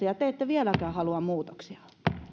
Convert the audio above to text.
ja te ette vieläkään halua muutoksia